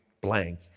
blank